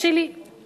תרשי לי בקצרה.